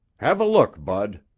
have a look, bud.